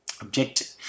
objective